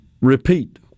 repeat